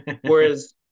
whereas